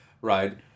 right